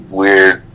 weird